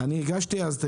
אני הגשתי אז.